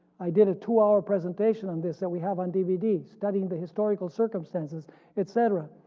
i did a two-hour presentation on this that we have on dvd studying the historical circumstances etc.